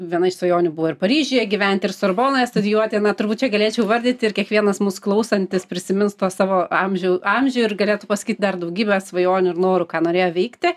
viena iš svajonių buvo ir paryžiuje gyventi ir sorbonoje studijuoti na turbūt čia galėčiau vardinti ir kiekvienas mus klausantis prisimins tuos savo amžių amžių ir galėtų pasakyt dar daugybę svajonių ir norų ką norėjo veikti